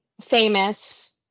famous